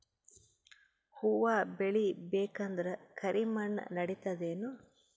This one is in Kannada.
ಹುವ ಬೇಳಿ ಬೇಕಂದ್ರ ಕರಿಮಣ್ ನಡಿತದೇನು?